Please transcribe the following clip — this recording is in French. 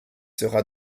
sera